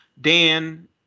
Dan